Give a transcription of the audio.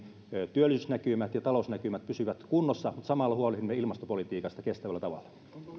työllisyysnäkymät ja talousnäkymät pysyvät kunnossa mutta samalla huolehdimme ilmastopolitiikasta kestävällä tavalla